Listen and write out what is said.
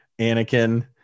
Anakin